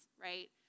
right